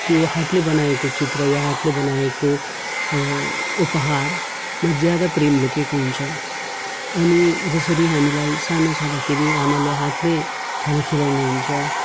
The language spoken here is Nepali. त्यो हातले बनाएको चित्र या हातले बनाएको उपहारमा ज्यादा प्रेम लुकेको हुन्छ अनि जसरी हामीलाई सानो छँदाखेरि आमाले हातले खाना खुवाउनु हुन्छ